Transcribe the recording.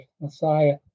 Messiah